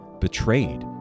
betrayed